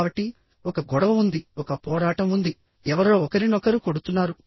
కాబట్టి ఒక గొడవ ఉంది ఒక పోరాటం ఉంది ఎవరో ఒకరినొకరు కొడుతున్నారు